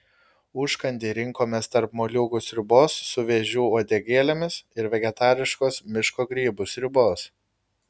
užkandį rinkomės tarp moliūgų sriubos su vėžių uodegėlėmis ir vegetariškos miško grybų sriubos